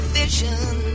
vision